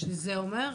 שזה אומר,